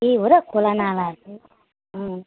ए हो र खोलानालाहरू अँ